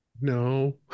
No